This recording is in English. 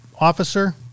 officer